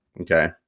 okay